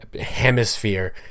hemisphere